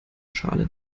schale